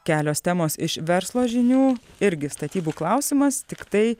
kelios temos iš verslo žinių irgi statybų klausimas tiktai